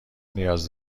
نیاز